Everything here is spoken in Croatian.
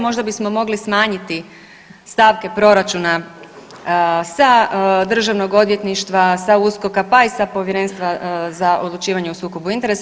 Možda bismo mogli smanjiti stavke proračuna sa Državnog odvjetništva, sa USKOK-a pa i sa Povjerenstva za odlučivanje o sukobu interesa.